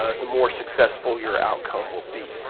ah the more successful your outcome will be.